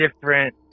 different